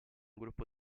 gruppo